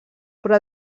però